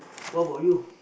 what about you